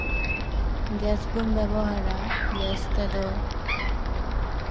gas ᱵᱚᱱ ᱵᱮᱵᱚᱦᱟᱨᱟ gas ᱛᱮᱫᱚ